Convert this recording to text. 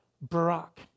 Barak